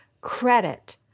credit